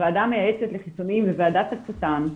הוועדה המייעצת לחיסונים וועדת הצת"ם,